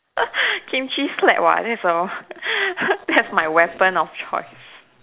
kimchi slap what that's all that's my weapon of choice